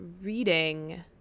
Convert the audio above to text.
reading